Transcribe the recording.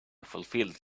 fulfilled